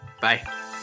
Bye